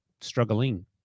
struggling